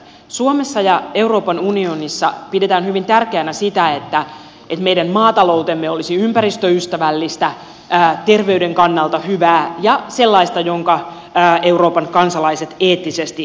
suomessa ja euroopan unionissa pidetään hyvin tärkeänä sitä että meidän maataloutemme olisi ympäristöystävällistä terveyden kannalta hyvää ja sellaista jonka euroopan kansalaiset eettisesti hyväksyvät